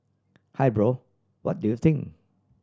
hey bro what do you think